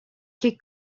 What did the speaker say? che